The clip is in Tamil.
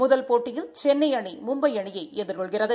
முதல் போட்டியில் சென்னை அணி மும்பை அணியை எதிர்கொள்கிறது